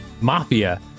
Mafia